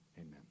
amen